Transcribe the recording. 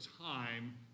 time